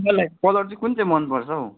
तपाईँलाई कलर चाहिँ कुन चाहिँ मनपर्छ हौ